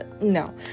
no